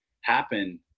happen